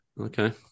Okay